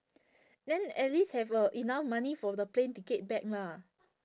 then at least have uh enough money for the plane ticket back lah